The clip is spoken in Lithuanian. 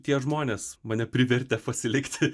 tie žmonės mane privertė pasilikti